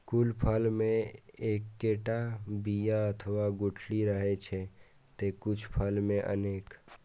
कुछ फल मे एक्केटा बिया अथवा गुठली रहै छै, ते कुछ फल मे अनेक